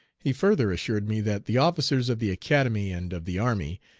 he further assured me that the officers of the academy and of the army,